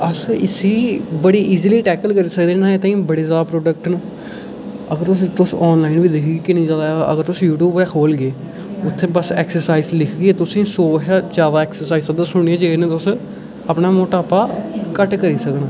अस इसी बडी इजली टैकल करी सकनेआ एह्दे लेई बड़े जैदा प्राडक्ट न अगर तुस ऑनलाईन गै दिक्खगे यूट्यूब गै खोह्लगे उत्थै बस एक्सरसाईज लिखगे तुसें गी सौ शा जैदा ऐक्सरसाईज दस्सी ओड़नियां जेह्दे नै तुस अपना मटापा घट्ट करी सकदे